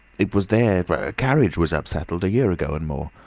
it was there but a carriage was upsettled, a year ago and more.